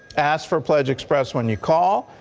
ask for pledge express when you call,